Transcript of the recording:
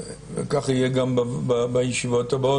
כך יהיה גם בישיבות הבאות,